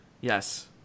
Yes